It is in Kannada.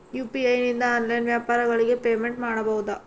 ಯು.ಪಿ.ಐ ನಿಂದ ಆನ್ಲೈನ್ ವ್ಯಾಪಾರಗಳಿಗೆ ಪೇಮೆಂಟ್ ಮಾಡಬಹುದಾ?